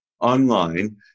online